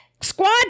squad